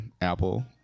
Apple